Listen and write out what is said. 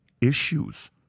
issues